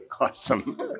Awesome